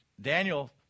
Daniel